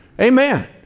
Amen